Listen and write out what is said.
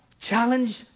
Challenge